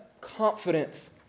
confidence